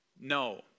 no